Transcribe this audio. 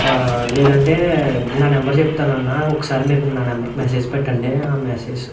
లేదంటే నా నెంబర్ చెప్తానన్నా ఒకసారి మీరు నా నెంబర్కి మెసేజ్ పెట్టండి ఆ మెసేజు